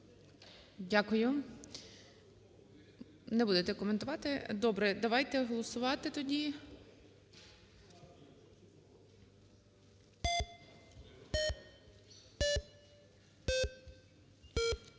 Дякую. Не будете коментувати? Добре. Давайте голосувати тоді.